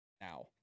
Now